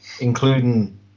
including